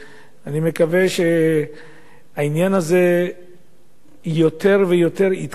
אני מקווה שהעניין הזה יותר ויותר יתקדם.